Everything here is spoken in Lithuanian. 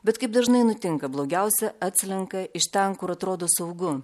bet kaip dažnai nutinka blogiausia atslenka iš ten kur atrodo saugu